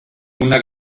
una